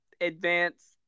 advanced